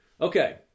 Okay